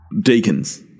Deacons